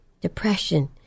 depression